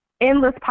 endless